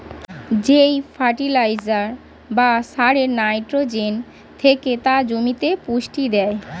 যেই ফার্টিলাইজার বা সারে নাইট্রোজেন থেকে তা জমিতে পুষ্টি দেয়